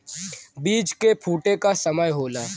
बीज के फूटे क समय होला